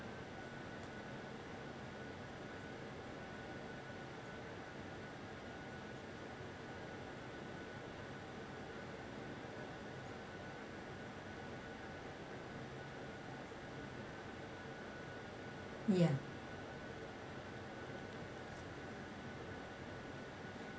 ya